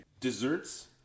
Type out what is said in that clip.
Desserts